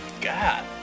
God